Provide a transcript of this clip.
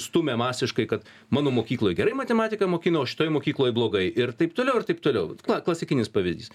stumia masiškai kad mano mokykloj gerai matematiką mokino o šitoj mokykloj blogai ir taip toliau ir taip toliau kla klasikinis pavyzdys